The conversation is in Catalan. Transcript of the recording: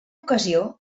ocasió